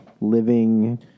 living